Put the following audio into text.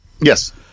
Yes